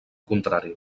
contrari